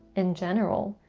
in general,